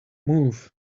move